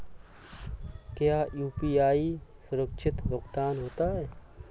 क्या यू.पी.आई सुरक्षित भुगतान होता है?